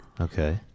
Okay